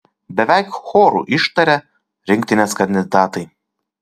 beveik choru ištarė rinktinės kandidatai